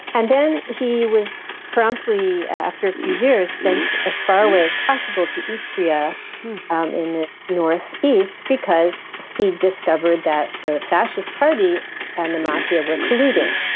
and then he was promptly, after a few years, sent as far away as possible to east istria um in the north east because he discovered that the fascist party and the mafia were colluding.